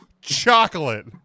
chocolate